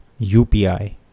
UPI